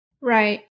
Right